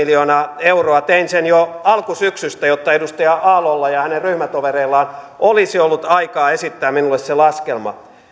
miljoonaa euroa tein sen jo alkusyksystä jotta edustaja aallolla ja hänen ryhmätovereillaan olisi ollut aikaa esittää minulle se laskelma